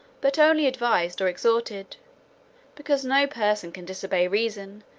but only advised, or exhorted because no person can disobey reason,